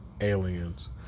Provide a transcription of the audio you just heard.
Aliens